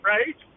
Right